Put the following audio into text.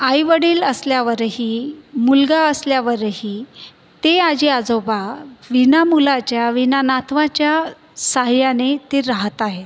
आईवडील असल्यावरही मुलगा असल्यावरही ते आजी आजोबा विना मुलाच्या विना नातवाच्या साह्याने ते राहत आहे